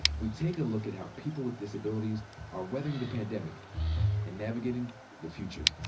we take a look at how people with disabilities are weathering the pandemic and navigating the future.